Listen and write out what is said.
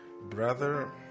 brother